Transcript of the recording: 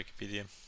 Wikipedia